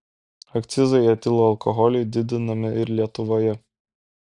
akcizai etilo alkoholiui didinami ir lietuvoje